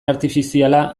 artifiziala